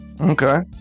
Okay